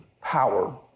power